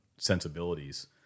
sensibilities